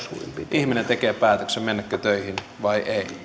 ihminen tekee päätöksen mennäkö töihin vai ei